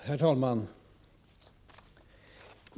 Herr talman!